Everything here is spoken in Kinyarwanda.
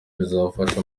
bizafasha